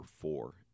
four